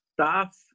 staff